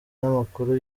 n’amakuru